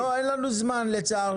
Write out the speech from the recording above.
לא, אין לנו זמן לצערי.